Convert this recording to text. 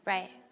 Right